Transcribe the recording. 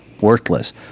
worthless